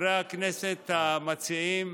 חברי הכנסת המציעים,